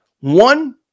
One